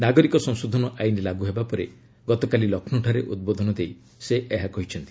ନାଗରିକ ସଂଶୋଧନ ଆଇନ ଲାଗ୍ର ହେବାପରେ ଗତକାଲି ଲକ୍ଷ୍ରୌଠାରେ ଉଦ୍ବୋଧନ ଦେଇ ସେ ଏହା କହିଛନ୍ତି